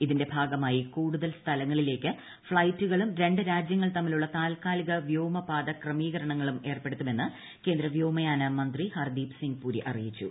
ഇതിന്റെ ഭാഗമായി കൂടുത്ൽ സ്ഥലങ്ങളിലേക്ക് ഫ്ളൈറ്റുകളും രണ്ട് രാജ്യങ്ങൾ തമ്മിലുള്ള താൽക്കാലിക വ്യോമപാത ക്രമീകരണങ്ങളും ഏർപ്പെടുത്തുമെന്ന് കേന്ദ്ര വ്യോമയാന മന്ത്രി ഹർദ്ദീപ് സിങ് പുരി അറിയിച്ചു